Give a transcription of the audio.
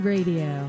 Radio